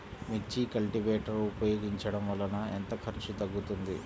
మిర్చి కల్టీవేటర్ ఉపయోగించటం వలన ఎంత ఖర్చు తగ్గుతుంది?